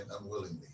unwillingly